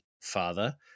father